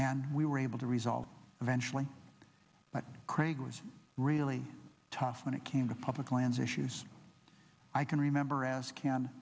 and we were able to resolve eventually but craig was really tough when it came to public lands issues i can remember as can